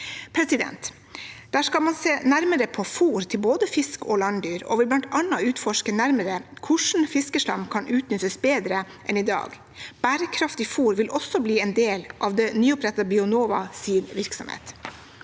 satsing. Der skal man se nærmere på fôr til både fisk og landdyr, og man vil bl.a. utforske nærmere hvordan fiskeslam kan utnyttes bedre enn i dag. Bærekraftig fôr vil også bli en del av det nyopprettede Bionovas virksomhet.